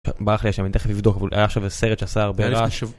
בא לך יש שם, אני תיכף אבדוק, היה עכשיו איזה סרט שעשה הרבה רעש.